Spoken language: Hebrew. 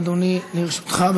אדוני, לרשותך.